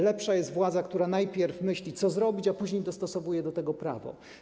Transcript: Lepsza jest władza, która najpierw myśli, co zrobić, a później dostosowuje do tego prawo.